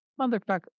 motherfucker